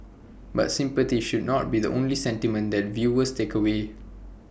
but sympathy should not be the only sentiment that viewers take away